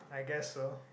I guess so